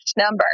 number